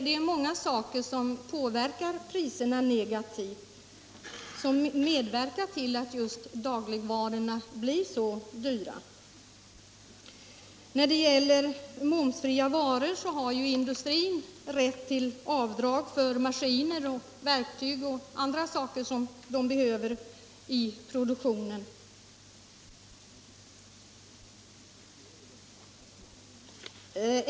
Det är många olika faktorer som påverkar priserna negativt och medverkar till att dagligvarorna blir så dyra. När det gäller momsfria varor har industrin rätt till avdrag för maskiner och verktyg och andra varor som behövs i produktionen.